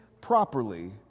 properly